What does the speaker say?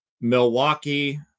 Milwaukee